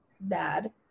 bad